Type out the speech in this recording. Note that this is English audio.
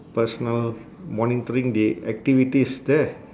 personnel monitoring the activities there